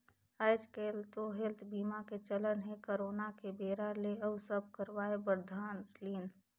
आएज काएल तो हेल्थ बीमा के चलन हे करोना के बेरा ले अउ सब करवाय बर धर लिन